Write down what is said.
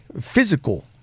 physical